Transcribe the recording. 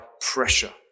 pressure